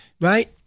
right